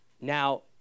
now